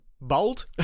bold